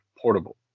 Portable